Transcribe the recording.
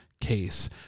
case